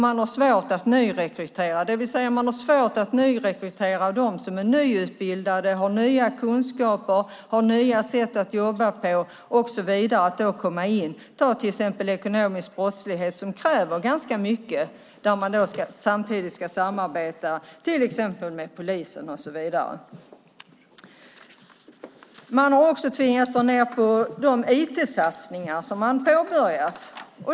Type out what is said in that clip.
Man har svårt att nyrekrytera bland dem som är nyutbildade, som har nya kunskaper och nya sätt att jobba på. Exempelvis kräver arbetet mot ekonomisk brottslighet ganska mycket, och man ska samtidigt samarbeta med till exempel polisen. Man har också tvingats dra ned på de IT-satsningar man har påbörjat.